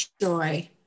joy